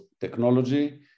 technology